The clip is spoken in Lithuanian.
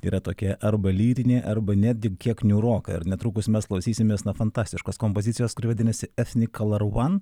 yra tokia arba lyrinė arba netgi kiek niūroka ir netrukus mes klausysimės na fantastiškos kompozicijos kuri vadinasi efni kolor van